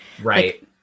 Right